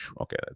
okay